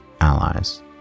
allies